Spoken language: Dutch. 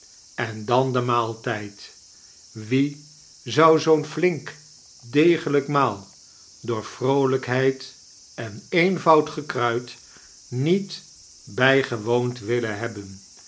en dan de maalfcijd wie zou zoo'n flink degelijk maal door vroolijkheid en eenvoud gekruid niot bqgewoond willen hebben